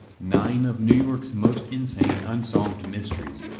nine of new york's most insane unsolved mysteries.